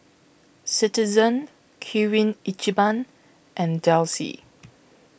Citizen Kirin Ichiban and Delsey